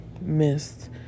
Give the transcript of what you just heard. missed